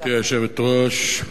גברתי היושבת-ראש,